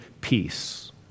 peace